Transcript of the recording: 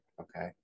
okay